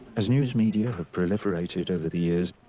as news media have proliferated over the years,